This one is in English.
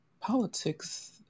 politics